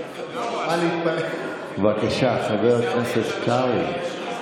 בבקשה, חבר הכנסת קרעי.